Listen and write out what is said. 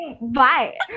Bye